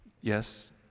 Yes